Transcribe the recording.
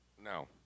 No